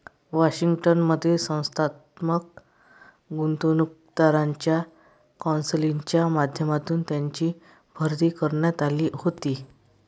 Washington मधील संस्थात्मक गुंतवणूकदारांच्या कौन्सिलच्या माध्यमातून त्यांची भरती करण्यात आली होती